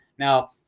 Now